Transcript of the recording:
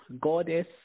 goddess